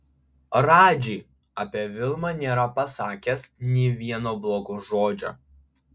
radži apie vilmą nėra pasakęs nė vieno blogo žodžio